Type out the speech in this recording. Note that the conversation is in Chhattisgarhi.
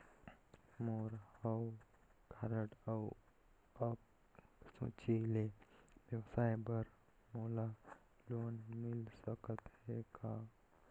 मोर हव कारड अउ अंक सूची ले व्यवसाय बर मोला लोन मिल सकत हे का?